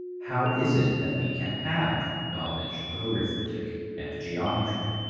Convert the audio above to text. how is it that we can have knowledge of arithmetic and geometry?